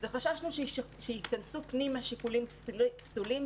וחששנו שייכנסו פנימה שיקולים פסולים,